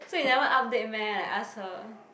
so you never update meh like ask her